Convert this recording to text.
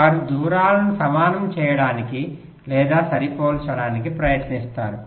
వారు దూరాలను సమానం చేయడానికి లేదా సరిపోల్చడానికి ప్రయత్నిస్తారు